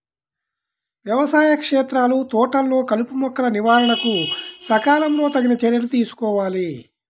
వ్యవసాయ క్షేత్రాలు, తోటలలో కలుపుమొక్కల నివారణకు సకాలంలో తగిన చర్యలు తీసుకోవాలి